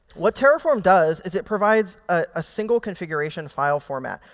what terraform does is it provides a single configuration file format,